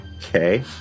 Okay